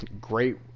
great